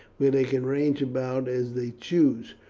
where they can range about as they choose.